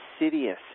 insidious